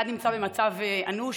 אחד במצב אנוש,